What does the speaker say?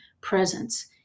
presence